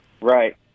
Right